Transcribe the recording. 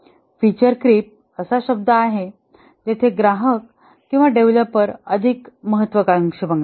feature creep असा शब्द आहे जेथे ग्राहक किंवा डेव्हलपर अधिक महत्वाकांक्षी बनतात